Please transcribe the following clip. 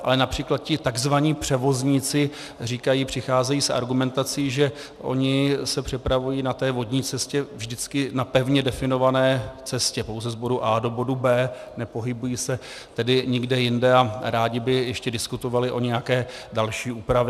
Ale například ti tzv. převozníci říkají, přicházejí s argumentací, že oni se přepravují na té vodní cestě vždycky na pevně definované cestě, pouze z bodu A do bodu B. Nepohybují se tedy nikde jinde a rádi by ještě diskutovali o nějaké další úpravě.